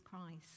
Christ